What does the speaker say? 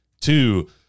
two